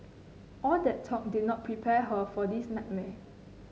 all that talk did not prepare her for this nightmare